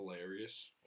hilarious